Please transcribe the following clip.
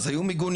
אז היו מיגוניות,